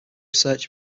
research